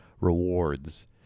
rewards